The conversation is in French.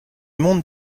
monde